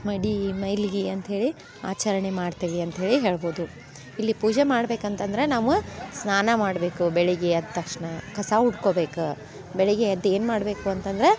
ಮಡಿ ಮೈಲ್ಗೆ ಅಂತ ಹೇಳಿ ಆಚರ್ಣೆ ಮಾಡ್ತೇವೆ ಅಂತ ಹೇಳಿ ಹೇಳ್ಬೌದು ಇಲ್ಲಿ ಪೂಜೆ ಮಾಡ್ಬೇಕು ಅಂತಂದ್ರೆ ನಾವು ಸ್ನಾನ ಮಾಡಬೇಕು ಬೆಳಿಗ್ಗೆ ಎದ್ದ ತಕ್ಷಣ ಕಸ ಹೊಡ್ಕೊಬೇಕ ಬೆಳಿಗ್ಗೆ ಎದ್ದು ಏನು ಮಾಡ್ಬೇಕು ಅಂತ ಅಂದರೆ